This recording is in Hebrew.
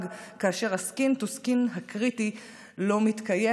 כאשר ה-skin to skin הקריטי לא מתקיים.